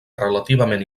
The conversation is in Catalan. relativament